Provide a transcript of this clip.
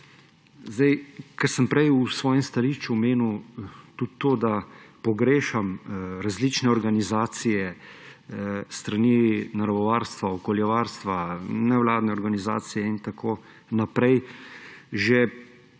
Kar sem prej v svojem stališču omenil tudi to, da pogrešam različne organizacije s strani naravovarstva, okoljevarstva, nevladne organizacije in tako naprej. Že